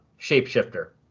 shapeshifter